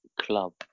Club